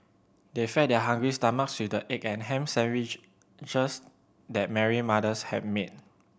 they fed their hungry stomachs with the egg and ham sandwiches that Mary mothers have made